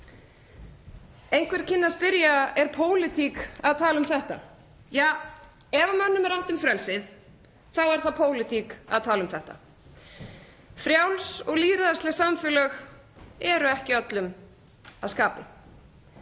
Einhver kynni að spyrja: Er pólitík að tala um þetta? Ja, ef mönnum er annt um frelsið þá er það pólitík að tala um þetta. Frjáls og lýðræðisleg samfélög eru ekki öllum að skapi